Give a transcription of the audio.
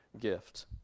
gift